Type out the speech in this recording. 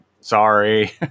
sorry